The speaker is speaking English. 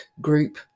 group